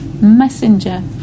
messenger